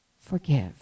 forgive